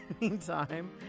meantime